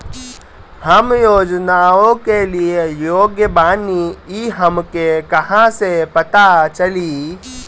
हम योजनाओ के लिए योग्य बानी ई हमके कहाँसे पता चली?